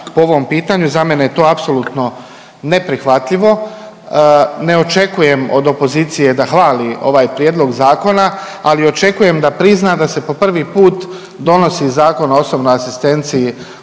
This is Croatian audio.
po ovom pitanju, za mene je to apsolutno neprihvatljivo. Ne očekujem od opozicije da hvali ovaj prijedlog zakona, ali očekujem da prizna da se po prvi put donosi zakon o osobnoj asistenciji